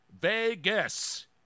Vegas